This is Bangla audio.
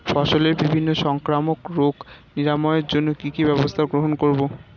ফসলের বিভিন্ন সংক্রামক রোগ নিরাময়ের জন্য কি কি ব্যবস্থা গ্রহণ করব?